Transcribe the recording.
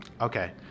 Okay